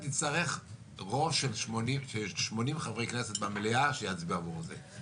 נצטרך רוב של 80 חברי כנסת במליאה שיצביע עבור זה.